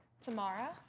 Tamara